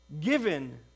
given